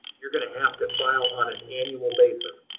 you're going to have to file on an annual basis.